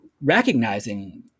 recognizing